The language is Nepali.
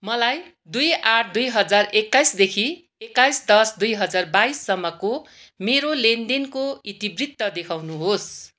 मलाई दुई आठ दुई हजार एक्काइसदेखि एक्काइस दस दुई हजार बाइससम्मको मेरो लेनदेनको इतिवृत्त देखाउनुहोस्